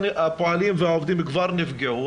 הפועלים והעובדים כבר נפגעו,